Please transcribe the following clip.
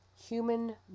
Human